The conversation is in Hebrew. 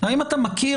האם אתה מכיר,